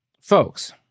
folks